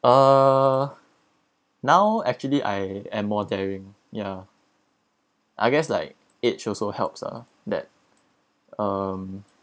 uh now actually I am more daring ya I guess like age also helps ah that um